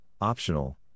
optional